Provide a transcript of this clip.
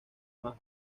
más